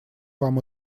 вам